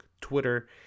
Twitter